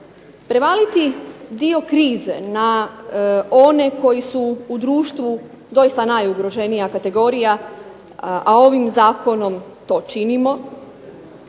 Prevaliti dio krize na one koji su u društvu doista najugroženija kategorija, a ovim zakonom to činimo,